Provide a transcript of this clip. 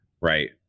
right